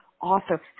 author